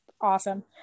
awesome